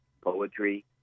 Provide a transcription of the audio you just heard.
poetry